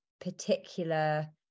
Particular